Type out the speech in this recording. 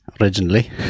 Originally